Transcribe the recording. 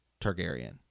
Targaryen